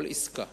כל עסקה